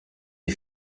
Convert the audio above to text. est